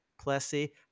Plessy